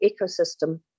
ecosystem